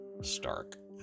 stark